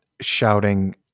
shouting